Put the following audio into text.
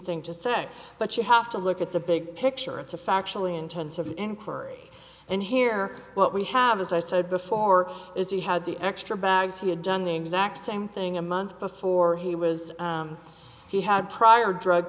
thing to say but you have to look at the big picture it's a factually intensive inquiry and here what we have as i said before is he had the extra bags he had done the exact same thing a month before he was he had prior drug